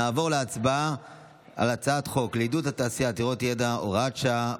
נעבור להצבעה על הצעת חוק לעידוד תעשייה עתירת ידע (הוראת שעה),